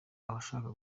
abashaka